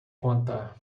contar